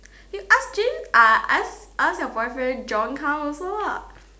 you ask Jin uh ask ask your boyfriend John come also lah